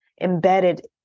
embedded